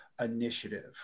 Initiative